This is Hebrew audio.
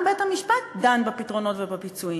גם בית-המשפט דן בפתרונות ובפיצויים,